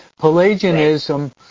Pelagianism